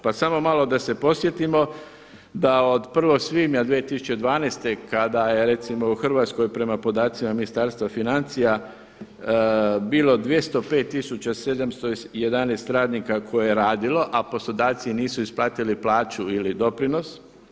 Pa samo malo da se podsjetimo da od 1. svibnja 2012. kada je recimo u Hrvatskoj prema podacima Ministarstva financija bilo 205 tisuća 711 radnika koje je radilo a poslodavci nisu isplatili plaću ili doprinos.